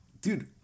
Dude